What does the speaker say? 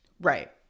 right